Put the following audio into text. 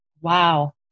Wow